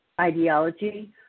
ideology